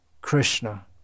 Krishna